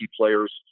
players